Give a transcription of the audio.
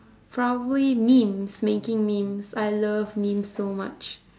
probably memes making memes I love memes so much